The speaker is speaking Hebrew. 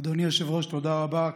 אדוני היושב-ראש, תודה רבה,